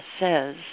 says